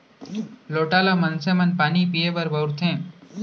लोटा ल मनसे मन पानी पीए बर बउरथे